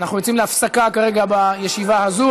אנחנו יוצאים להפסקה כרגע בישיבה הזאת.